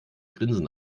grinsen